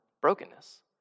brokenness